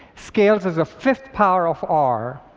scales as a fifth power of r.